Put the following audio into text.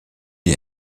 die